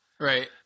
Right